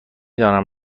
دانم